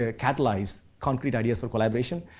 ah catalyze concrete ideas for collaboration.